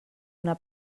una